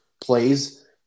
plays